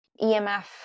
EMF